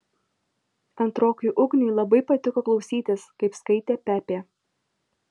antrokui ugniui labai patiko klausytis kaip skaitė pepė